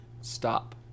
Stop